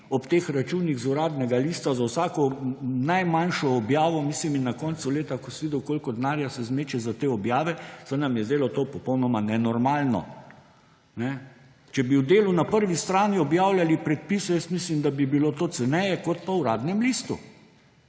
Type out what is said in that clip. ob teh računih z Uradnega lista za vsako najmanjšo objavo. In na koncu leta, ko si videl, koliko denarja se zmeče za te objave, se nam je zdelo to popolnoma nenormalno. Če bi v Delu na prvi strani objavljali predpise, mislim, da bi bilo to ceneje kot pa v Uradnem listu!